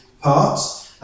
parts